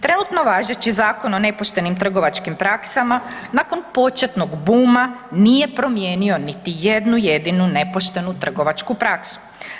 Trenutno važeći Zakon o nepoštenim trgovačkim praksama, nakon početnog „booma“, nije promijenio niti jednu jedinu nepoštenu trgovačku praksu.